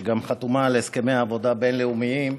שגם חתומה על הסכמי עבודה בין-לאומיים,